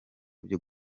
byo